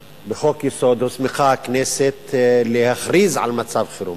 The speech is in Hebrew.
בחוק-יסוד, הוסמכה הכנסת להכריז על מצב חירום,